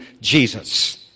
Jesus